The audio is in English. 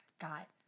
got